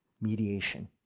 mediation